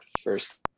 first